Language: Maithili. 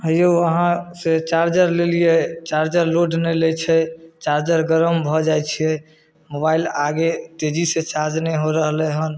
हे यौ अहाँ से चार्जर लेलियै चार्जर लोड नहि लै छै चार्जर गरम भऽ जाइ छै मोबाइल आगे तेजी सऽ चार्ज नै हो रहले हन